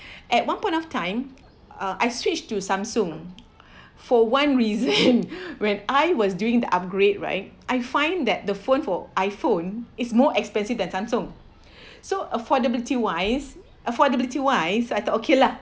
at one point of time uh I switched to Samsung for one reason when I was doing the upgrade right I find that the phone for iPhone is more expensive than Samsung so affordability wise affordability wise I thought okay lah